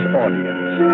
audience